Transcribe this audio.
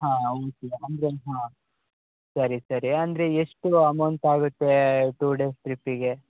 ಹಾಂ ಹೌದು ಅಂದರೆ ಹಾಂ ಸರಿ ಸರಿ ಅಂದರೆ ಎಷ್ಟು ಅಮೌಂಟ್ ಆಗುತ್ತೆ ಟು ಡೇಸ್ ಟ್ರಿಪ್ಪಿಗೆ